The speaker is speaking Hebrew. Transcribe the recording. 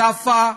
שפה,